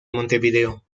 montevideo